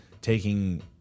taking